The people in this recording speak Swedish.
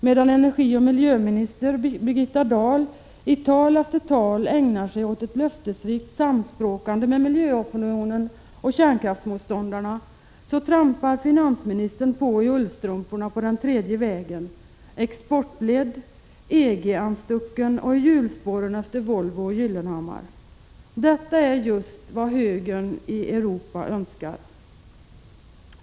Medan energioch miljöminister Birgitta Dahl i tal efter tal ägnar sig åt ett löftesrikt samspråkande med miljöopinionen och kärnkraftsmotståndarna trampar finansministern på i ullstrumporna på den tredje vägen; exportledd, EG-anstruken och i hjulspåren efter Volvo och Gyllenhammar. Detta är just vad högern i Europa önskar.